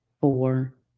four